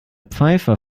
pfeiffer